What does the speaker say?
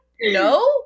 No